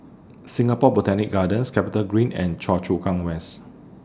Singapore Botanic Gardens Capitagreen and Choa Chu Kang West